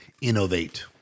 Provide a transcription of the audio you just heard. innovate